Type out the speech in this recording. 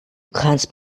kannst